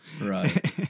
right